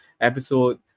episode